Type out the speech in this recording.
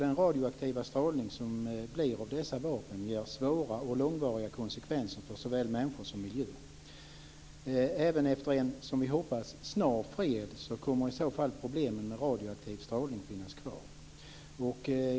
Den radioaktiva strålning som avges från dessa vapen ger svåra och långvariga konsekvenser för såväl människor som miljö. Även efter en - som vi hoppas - snar fred kommer problemen med radioaktiv strålning att finnas kvar.